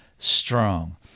strong